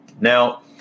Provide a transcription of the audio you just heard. now